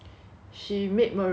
she made meringue